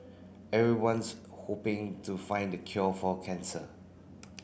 everyone's hoping to find the cure for cancer